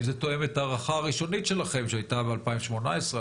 זה תואם את ההערכה הראשונית שלכם שהייתה ב-2018,